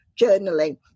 journaling